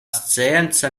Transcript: scienca